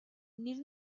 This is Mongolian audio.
нэр